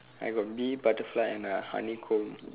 I got bee butterfly and uh honeycomb